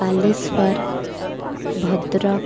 Balasore Bhadrak